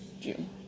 June